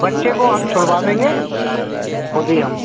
बच्चे को हम छुड़वा देंगे ख़ुद ही हम